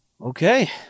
Okay